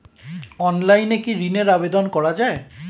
অনলাইনে কি ঋণের আবেদন করা যায়?